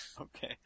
Okay